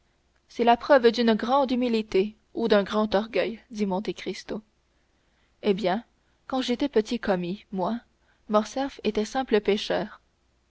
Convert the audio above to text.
c'est la preuve d'une grande humilité ou d'un grand orgueil dit monte cristo eh bien quand j'étais petit commis moi morcerf était simple pêcheur